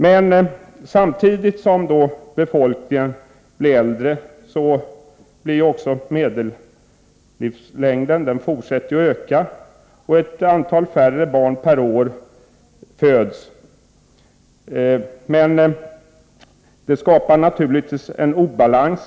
Men samtidigt som befolkningen blir äldre fortsätter medellivslängden att öka, och ett mindre antal barn föds. Detta skapar naturligtvis obalans.